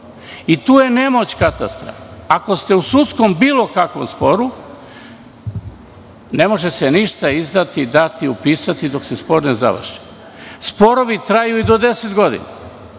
Tu je nemoć katastra. Ako ste u bilo kakvom sudskom sporu, ne može se ništa izdati, dati, upisati dok se spor ne završi. Sporovi traju i do 10 godina. Mi